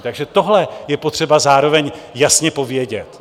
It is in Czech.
Takže tohle je potřeba zároveň jasně povědět.